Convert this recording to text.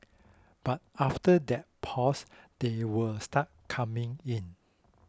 but after that pause they will start coming in